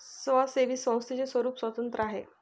स्वयंसेवी संस्थेचे स्वरूप स्वतंत्र आहे